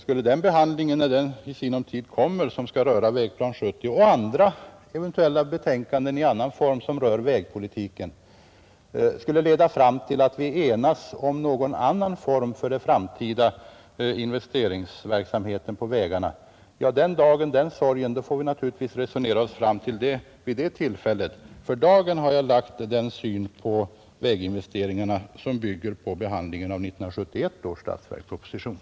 Skulle behandlingen av Vägplan 70 och andra eventuella betänkanden som rör vägpolitiken — när den i sinom tid kommer till stånd — leda fram till att vi enas om någon annan form för den framtida investeringsverksamheten på vägarna, får vi naturligtvis resonera oss fram vid det tillfället. Den dagen den sorgen. För dagen har jag lagt den syn på väginvesteringarna som bygger på behandlingen av 1971 års statsverksproposition.